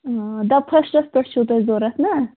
آ دَپ فٔسٹَس پٮ۪ٹھ چھُو تۄہہِ ضوٚرَتھ نا